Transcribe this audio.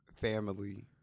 family